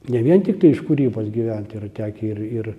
ne vien tiktai iš kūrybos gyvent yra tekę ir ir